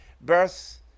birth